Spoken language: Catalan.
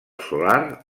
solar